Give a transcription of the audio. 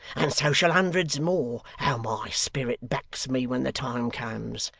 and so shall hundreds more, how my spirit backs me when the time comes.